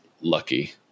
lucky